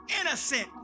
innocent